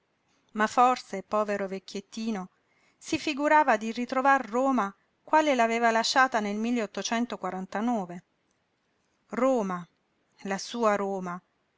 ma forse povero vecchiettino si figurava di ritrovar roma quale l'aveva lasciata nel oma la sua roma